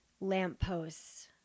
lampposts